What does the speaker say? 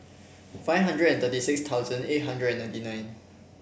five hundred and thirty six thousand eight hundred and ninety nine